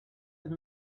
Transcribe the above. and